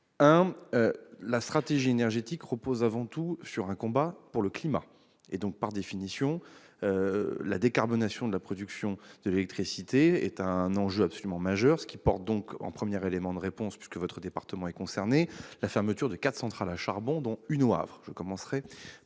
: la stratégie énergétique repose avant tout sur un combat pour le climat. Par définition, la décarbonation de la production de l'électricité est un enjeu absolument majeur, ce qui emporte donc- je commencerai par là pour vous répondre puisque votre département est concerné -la fermeture de quatre centrales à charbon, dont une au Havre. Deuxième